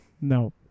No